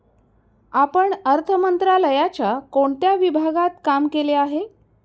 आपण अर्थ मंत्रालयाच्या कोणत्या विभागात काम केले आहे?